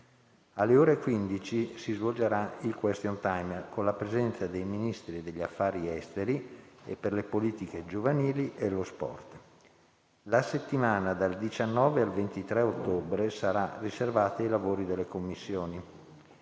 Alle ore 15 si svolgerà il *question time* con la presenza dei Ministri degli affari esteri e per le politiche giovanili e lo sport. La settimana dal 19 al 23 ottobre sarà riservata ai lavori delle Commissioni.